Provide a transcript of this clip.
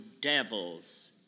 devils